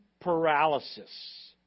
paralysis